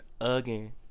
again